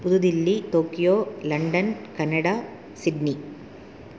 Pudhu Delhi Tokyo London Canada Sydney